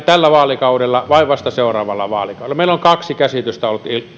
tällä vaalikaudella vai vasta seuraavalla vaalikaudella meillä on kaksi käsitystä